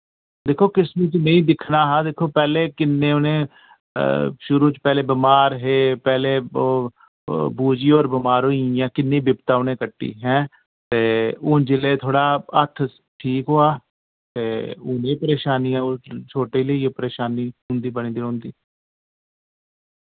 दिक्खो किस्मत च नेईं दिक्खना हा दिक्खो पैह्ले किन्ने उ'नै शुरू च पैह्ले बमार हे पैह्ले बुजी होर बमार होइयां किन्नी बिपता उ'नै कट्टी हैं ते हुन जिल्ले थोह्ड़ा हत्थ ठीक होआ ते हुन ए परेशानी ऐ छोटे लेईयै परेशानी उंदी बनी दी रोह्नदी